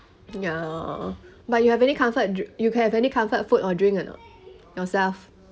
uh but you have any comfort dri~ do you have any comfort food or drink or not yourself